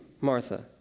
Martha